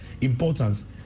importance